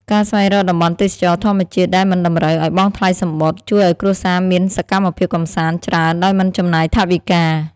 ការស្វែងរកតំបន់ទេសចរណ៍ធម្មជាតិដែលមិនតម្រូវឱ្យបង់ថ្លៃសំបុត្រ ជួយឱ្យគ្រួសារមានសកម្មភាពកម្សាន្តច្រើនដោយមិនចំណាយថវិកា។